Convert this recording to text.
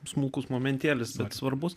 smulkus momentėlis svarbus